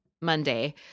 Monday